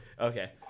Okay